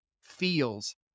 feels